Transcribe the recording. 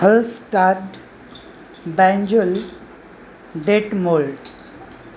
हलस start Banjul Detmold